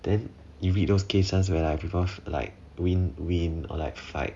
then you read those cases where like people win win or like fight